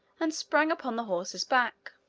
and sprang upon the horse's back.